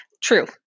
True